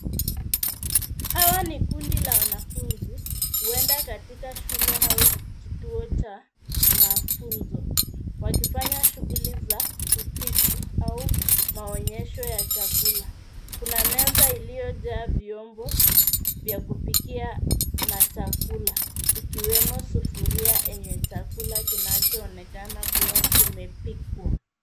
Haya ni kundi la wanafunzi huenda katika shule au kituo cha mafunzo wakifanya shuguli za upishi au maonyesho ya chakula. Kuna meza iliyojaa vyombo vya kupikia na chakula ikiwemo sufuria enye chakula kinachoonekana kuwa kimepikwa.